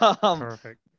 Perfect